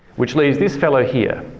which leaves this fellow here,